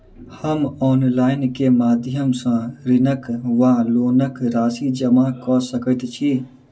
हम ऑनलाइन केँ माध्यम सँ ऋणक वा लोनक राशि जमा कऽ सकैत छी?